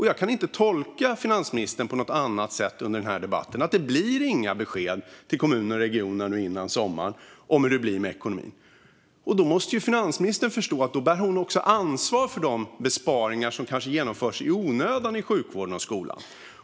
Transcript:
Jag kan inte tolka finansministern på något annat sätt under denna debatt än att det inte blir några besked till kommuner och regioner före sommaren om hur det blir med ekonomin. Då måste finansministern förstå att hon också bär ansvar för de besparingar som kanske genomförs i onödan i sjukvården och i skolan.